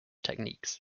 techniques